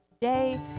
today